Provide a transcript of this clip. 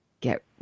get